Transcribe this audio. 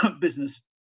business